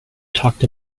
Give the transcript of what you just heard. talked